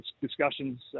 discussions